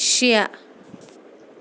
شےٚ